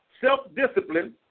self-discipline